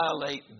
violate